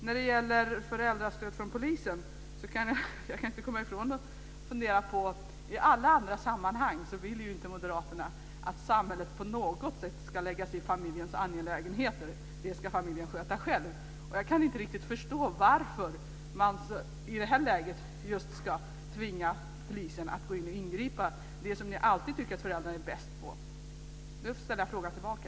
När det gäller föräldrastöd från polisen kan jag inte komma ifrån att i alla andra sammanhang vill moderaterna att samhället inte på något sätt ska lägga sig i familjens angelägenheter. Dem ska familjen sköta själv. Jag kan inte riktigt förstå varför man just i det här läget ska tvinga polisen att gå in och ingripa i det som ni alltid tycker att föräldrarna är bäst på. Jag ställer alltså frågan tillbaka.